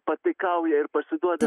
pataikauja ir pasiduoda